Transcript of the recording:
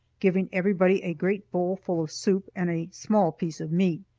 giving everybody a great bowl full of soup and a small piece of meat.